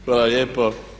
Hvala lijepo.